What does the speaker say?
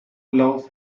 love